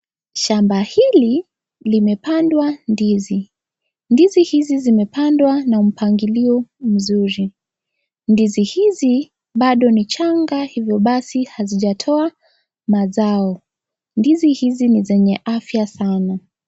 Shamba hili limepandwa ndizi, ndizi hizi zimepandwa na mpagilio mzuri. Ndizi hizi baado ni changa hivyo basi hazijatoa mazao. Ndizi hizi ni zenye afya sana.